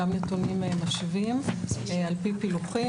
גם נתונים משווים על-פי פילוחים.